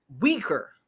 weaker